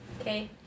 Okay